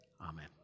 amen